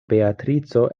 beatrico